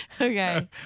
Okay